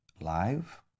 live